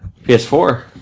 PS4